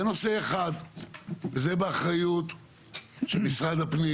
זה נושא אחד וזה באחריות של משרד הפנים